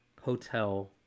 hotel